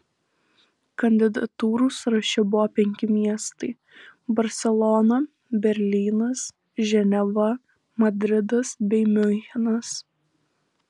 kandidatūrų sąraše buvo penki miestai barselona berlynas ženeva madridas bei miunchenas